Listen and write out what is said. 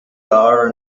are